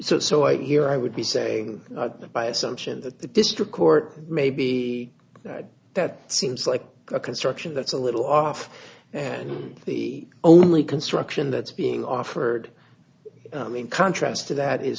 so i hear i would be saying that by assumption that the district court may be that seems like a construction that's a little off and the only construction that's being offered in contrast to that is